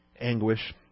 anguish